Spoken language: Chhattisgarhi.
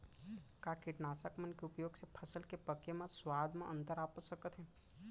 का कीटनाशक मन के उपयोग से फसल के पके म स्वाद म अंतर आप सकत हे?